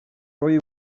rwy